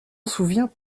souviens